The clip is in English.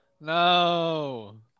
No